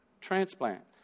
transplant